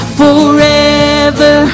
forever